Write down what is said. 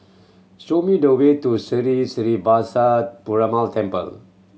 show me the way to Sri Srinivasa Perumal Temple